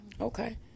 Okay